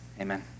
Amen